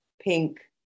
pink